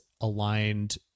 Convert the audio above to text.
aligned